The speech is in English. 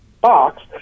box